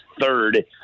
third